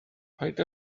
paid